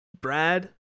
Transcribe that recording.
Brad